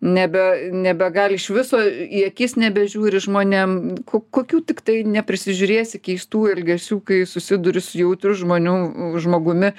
nebe nebegali iš viso į akis nebežiūri žmonėm ko kokių tiktai neprisi žiūrėsi keistų elgesių kai susiduri su jautrių žmonių žmogumi